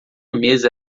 mesa